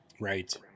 Right